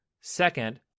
Second